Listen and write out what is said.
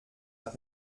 nach